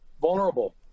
vulnerable